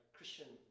Christian